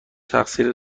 تقصیر